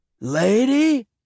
Lady